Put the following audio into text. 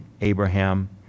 Abraham